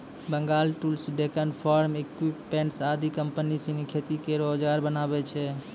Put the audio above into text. Bengal tools, Deccan farm equipments आदि company सिनी खेती केरो औजार बनावै छै